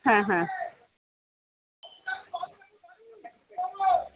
হ্যাঁ হ্যাঁ